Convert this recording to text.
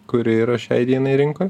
kuri yra šiai dienai rinkoj